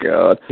God